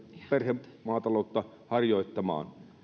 perhemaataloutta harjoittamaan